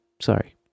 Sorry